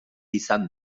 izan